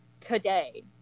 today